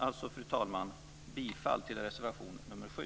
Alltså yrkar jag, fru talman, bifall till reservation 7.